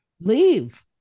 Leave